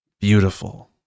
beautiful